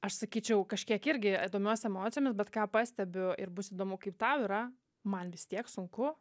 aš sakyčiau kažkiek irgi domiuosi emocijomis bet ką pastebiu ir bus įdomu kaip tau yra man vis tiek sunku